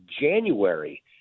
January